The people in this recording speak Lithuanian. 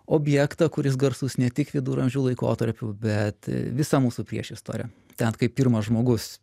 objektą kuris garsus ne tik viduramžių laikotarpiu bet visą mūsų priešistorę ten kaip pirmas žmogus